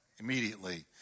Immediately